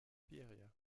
liberia